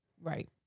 Right